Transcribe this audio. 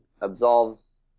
absolves